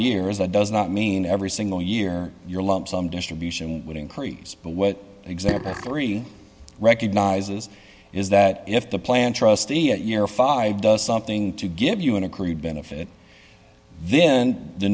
years that does not mean every single year your lump sum distribution would increase but what exactly three recognizes is that if the plan trustee at year five does something to give you an accrued benefit then the